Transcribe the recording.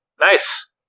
Nice